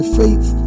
faith